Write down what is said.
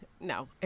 No